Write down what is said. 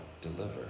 deliver